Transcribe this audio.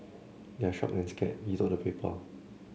they're shocked and scared he told the paper